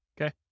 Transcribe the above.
Okay